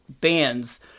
bands